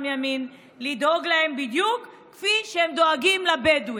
"ימין" לדאוג להם בדיוק כפי שהם דואגים לבדואי.